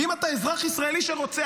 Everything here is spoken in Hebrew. ואם אתה אזרח ישראלי שרוצח,